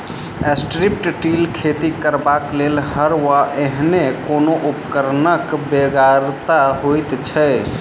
strip till खेती करबाक लेल हर वा एहने कोनो उपकरणक बेगरता होइत छै